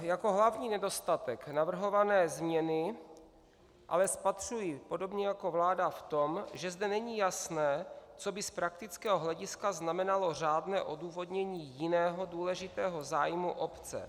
Jako hlavní nedostatek navrhované změny ale spatřuji podobně jako vláda v tom, že zde není jasné, co by z praktického hlediska znamenalo řádné odůvodnění jiného důležitého zájmu obce.